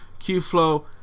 QFlow